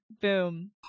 boom